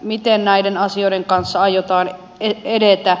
miten näiden asioiden kanssa aiotaan edetä